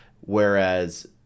whereas